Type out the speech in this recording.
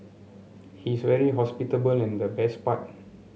he's very hospitable and the best part